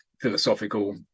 philosophical